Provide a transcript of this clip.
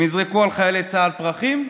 הם יזרקו על חיילי צה"ל פרחים?